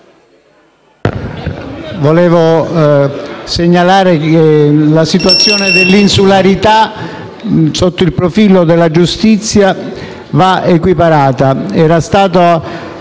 desidero segnalare che la situazione dell'insularità sotto il profilo della giustizia va equiparata. Era stato